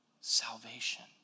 salvation